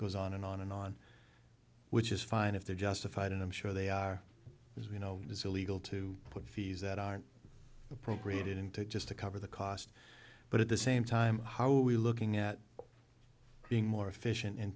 goes on and on and on which is fine if they're justified and i'm sure they are you know it's illegal to put fees that aren't appropriated into it just to cover the cost but at the same time how are we looking at being more efficient in